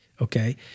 okay